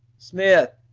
smith,